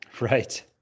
Right